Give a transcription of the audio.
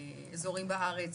איזורים בארץ,